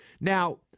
Now